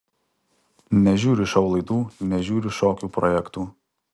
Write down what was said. nežiūriu šou laidų nežiūriu šokių projektų